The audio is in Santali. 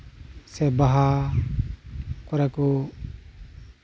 ᱥᱮ ᱵᱟᱦᱟ ᱠᱚᱨᱮ